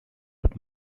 but